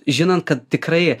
žinant kad tikrai